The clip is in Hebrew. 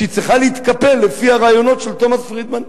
שהיא צריכה להתקפל לפי הרעיונות של תומס פרידמן.